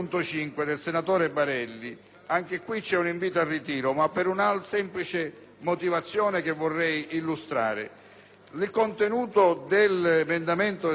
il contenuto dell'emendamento del senatore Barelli corrisponde perfettamente all'attuale disposizione di norma esistente nel nostro ordinamento.